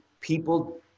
people